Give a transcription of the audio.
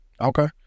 Okay